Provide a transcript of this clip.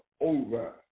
over